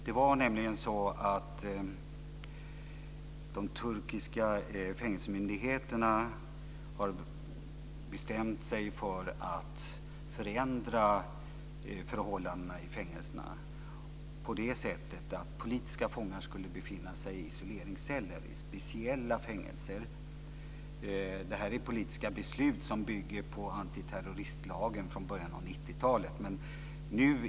Det var nämligen så att de turkiska fängelsemyndigheterna bestämde sig för att förändra förhållandena i fängelserna på det sättet att politiska fångar skulle befinna sig i isoleringsceller i speciella fängelser. Det här är politiska beslut som bygger på antiterroristlagen från början av 90-talet.